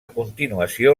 continuació